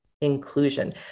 inclusion